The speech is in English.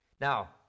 Now